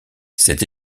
cette